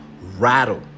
rattle